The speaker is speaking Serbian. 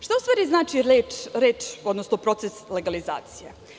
Šta u stvari znači reč, odnosno proces legalizacije?